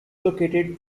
located